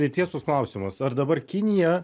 tai tiesus klausimas ar dabar kinija